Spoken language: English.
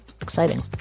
Exciting